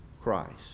Christ